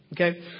Okay